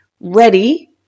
ready